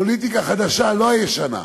פוליטיקה חדשה, לא הישנה.